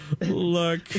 look